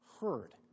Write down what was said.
heard